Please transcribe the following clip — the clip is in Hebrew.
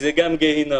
שזה גם גיהינום,